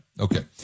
okay